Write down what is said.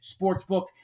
Sportsbook